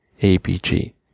ABG